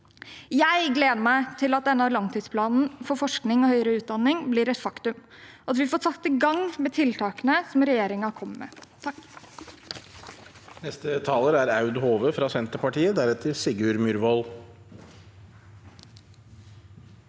Jeg gleder meg til at denne langtidsplanen for forskning og høyere utdanning blir et faktum, og at vi får satt i gang med tiltakene som regjeringen kommer med. Aud